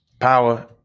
power